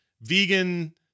vegan